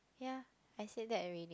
ya I said that already